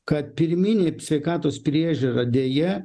kad pirminė sveikatos priežiūra deja